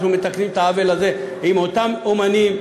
אנחנו מתקנים את העוול הזה כלפי אותם אמנים,